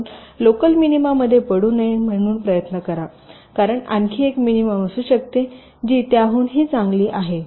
आपण local minima मध्ये पडू नये म्हणून प्रयत्न करा कारण आणखी एक मिनिमम असू शकते जी त्याहूनही चांगली आहे